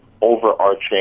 overarching